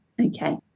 Okay